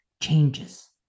changes